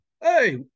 Hey